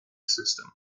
system